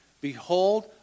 Behold